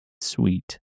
sweet